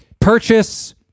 purchase